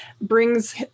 brings